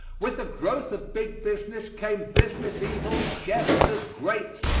with the growth of big business came business evils just as great.